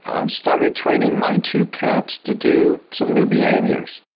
um started training my two cats to do some new behaviors.